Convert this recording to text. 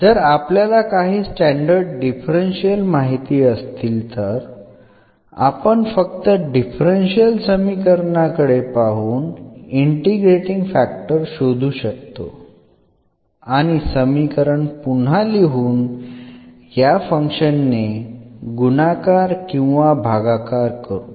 जर आपल्याला काही स्टॅंडर्ड डिफरन्शियल माहिती असतील तर आपण फक्त डिफरन्शियल समीकरणाकडे पाहून इंटिग्रेटींग फॅक्टर शोधू शकतो आणि समीकरण पुन्हा लिहून या फंक्शन ने गुणाकार किंवा भागाकार करू